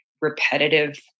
repetitive